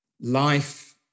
life